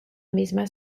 misma